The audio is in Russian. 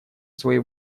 своей